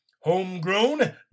Homegrown